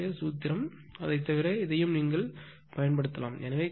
சூத்திரமும் அதைத் தவிர இதையும் நீங்கள் யாகப் பயன்படுத்தலாம் எனவே cos θ1 0